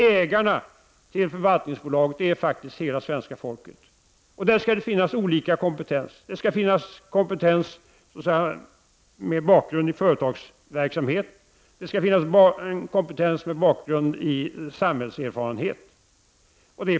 Ägarna till förvaltningsbolaget är faktiskt hela det svenska folket. Det skall finnas olika kompetens. Det skall finnas kompetens med bakgrund i företagsverksamhet och samhällserfarenhet.